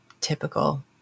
typical